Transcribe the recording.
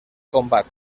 combat